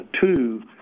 two